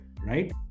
Right